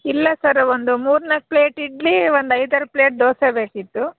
ಇಲ್ಲ ಸರ್ ಒಂದು ಮೂರ್ನಾಲ್ಕು ಪ್ಲೇಟ್ ಇಡ್ಲಿ ಒಂದು ಐದಾರು ಪ್ಲೇಟ್ ದೋಸೆ ಬೇಕಿತ್ತು